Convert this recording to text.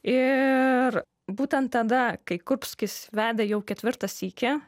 ir būtent tada kai kurbskis vedė jau ketvirtą sykį